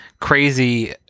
crazy